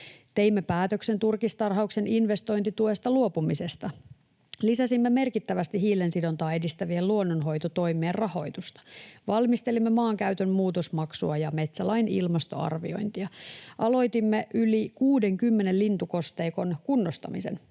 Teimme päätöksen turkistarhauksen investointituesta luopumisesta. Lisäsimme merkittävästi hiilensidontaa edistävien luonnonhoitotoimien rahoitusta. Valmistelimme maankäytön muutosmaksua ja metsälain ilmastoarviointia. Aloitimme yli 60 lintukosteikon kunnostamisen.